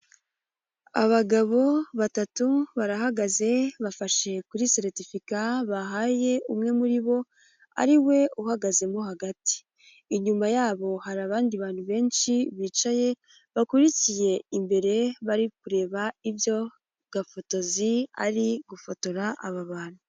Abagabo batatu barahagaze bafashe kuri seretifika bahaye umwe muri bo, ariwe uhagazemo hagati. Inyuma yabo hari abandi bantu benshi bicaye bakurikiye imbere, bari kureba ibyo gafotozi ari gufotora aba bantu.